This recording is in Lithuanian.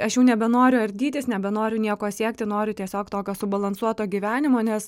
aš jau nebenoriu ardytis nebenoriu nieko siekti noriu tiesiog tokio subalansuoto gyvenimo nes